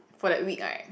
for that week right